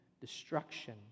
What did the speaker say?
destruction